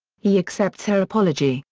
he accepts her apology,